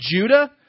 Judah